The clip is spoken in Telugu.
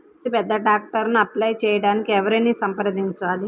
రైతు పెద్ద ట్రాక్టర్కు అప్లై చేయడానికి ఎవరిని సంప్రదించాలి?